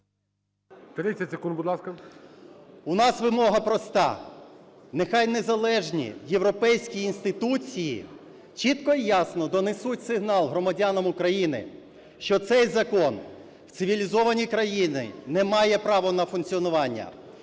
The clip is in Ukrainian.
30 секунд, будь ласка. ПАПІЄВ М.М. У нас вимога проста. Нехай незалежні європейські інституції чітко і ясно донесуть сигнал громадянам України, що цей закон в цивілізованій країні не має права на функціонування,